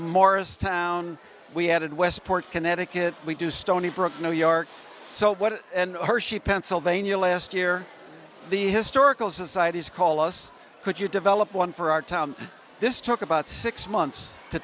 morristown we had westport connecticut we do stony brook new york so what hershey pennsylvania last year the historical societies call us could you develop one for our town this took about six months to